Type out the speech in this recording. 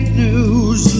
news